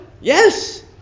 Yes